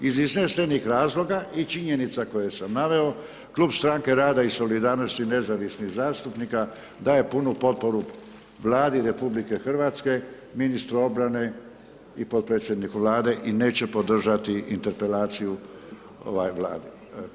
Iz iznesenih razloga i činjenica koje sam naveo Klub Stranke rada i solidarnosti nezavisnih zastupnika daje puno potporu Vladi RH, ministru obrane i potpredsjedniku vlade i neće podržati interpelacije ove vlade.